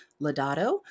Lodato